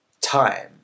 time